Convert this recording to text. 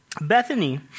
Bethany